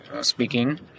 Speaking